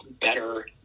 better